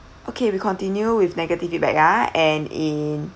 okay we continue with negative feedback ah and in